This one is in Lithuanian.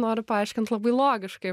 noriu paaiškint labai logiškai